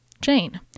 Jane